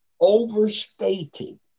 overstated